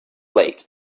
lake